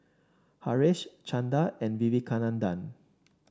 Haresh Chanda and Vivekananda